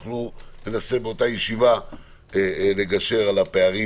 ננסה באותה ישיבה לגשר על הפערים,